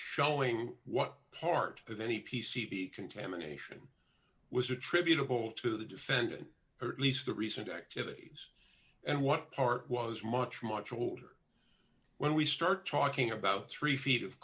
showing what part of any p c b contamination was attributable to the defendant or at least the recent activities and what part was much much older when we start talking about three feet of